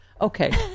Okay